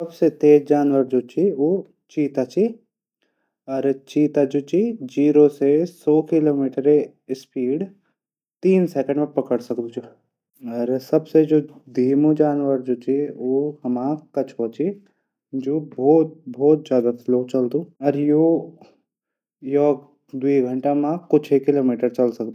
सबसे तेज जानवर जू च चीता च। चीता ज जीरू से सौ किलोमीटर स्पीड 3 सेकंड मा पकड सकदू। अर सबसे धीमू जानवर च उ कछुआ च उ बहुत ज्यादा स्लो चलद यू द्वई घंटा मा कुछ ही किलोमीटर चल सकदू।